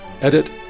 Edit